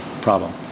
problem